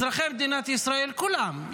אזרחי מדינת ישראל כולם,